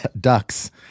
ducks